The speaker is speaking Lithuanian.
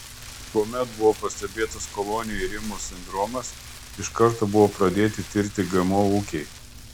kuomet buvo pastebėtas kolonijų irimo sindromas iš karto buvo pradėti tirti gmo ūkiai